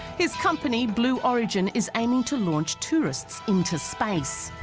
his company blue origin is aiming to launch tourists into space